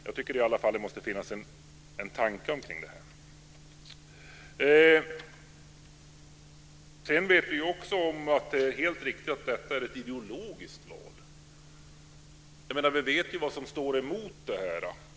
Jag tycker i alla fall att det måste finnas en tanke om detta. Det är helt riktigt att detta är ett ideologiskt val. Vi vet vad som står emot detta.